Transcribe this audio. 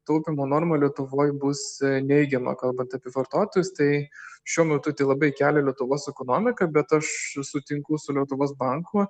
taupymo norma lietuvoj bus neigiama kalbant apie vartotojus tai šiuo metu tai labai kelia lietuvos ekonomiką bet aš sutinku su lietuvos banku